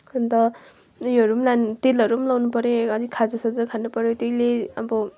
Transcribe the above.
अन्त उयोहरू पनि लानु तेलहरू पनि लानुपऱ्यो अनि खाजासाजा खानुपऱ्यो त्यसले अब